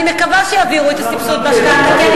אני מקווה שיעבירו את סבסוד המשכנתה, כי אני